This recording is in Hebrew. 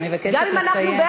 אני מבקשת לסיים,